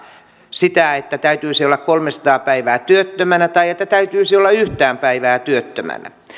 sitä että täytyisi olla kolmesataa päivää työttömänä tai että täytyisi olla yhtään päivää työttömänä